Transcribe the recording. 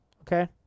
okay